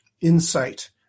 insight